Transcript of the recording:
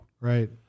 Right